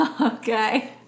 Okay